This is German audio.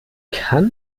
kann